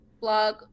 blog